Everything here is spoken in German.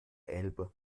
elbe